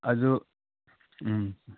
ꯑꯗꯨ ꯎꯝ